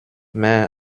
mais